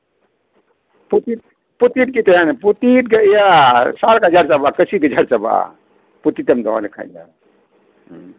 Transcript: ᱯᱨᱚᱯᱷᱤ ᱯᱨᱚᱯᱷᱤᱛ ᱜᱮ ᱛᱟᱦᱮᱱᱟ ᱯᱨᱚᱛᱷᱤᱛ ᱮᱢ ᱫᱚᱦᱚ ᱞᱮᱠᱷᱟᱱ ᱫᱚ ᱮᱭᱟ ᱥᱟᱨ ᱜᱟᱡᱟᱲ ᱪᱟᱵᱟᱜᱼᱟ ᱪᱟᱹᱥᱤ ᱜᱟᱡᱟᱲ ᱪᱟᱵᱟᱜᱼᱟ ᱯᱨᱚᱛᱤᱛ ᱮᱢ ᱫᱚᱦᱚ ᱞᱮᱠᱷᱟᱱ ᱫᱚ